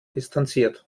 distanziert